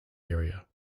area